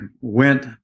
went